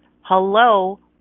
hello